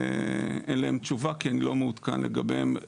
עליהם תשובה כי אני לא מעודכן לגביהם.